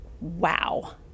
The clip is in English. wow